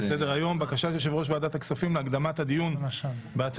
בקשת יושב ראש ועדת הכספים להקדמת הדיון בהצעת